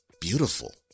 beautiful